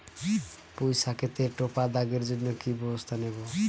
পুই শাকেতে টপা দাগের জন্য কি ব্যবস্থা নেব?